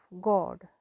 God